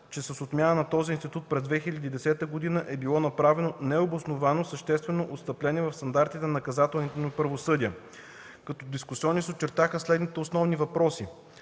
че с отмяната на този институт през 2010 г. е било направено необосновано съществено отстъпление в стандартите на наказателното ни правораздаване. Като дискусионни се очертаха следните основни въпроси: